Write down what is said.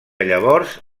llavors